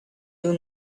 you